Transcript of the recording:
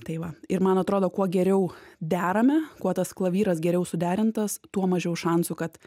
tai va ir man atrodo kuo geriau derame kuo tas klavyras geriau suderintas tuo mažiau šansų kad